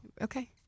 Okay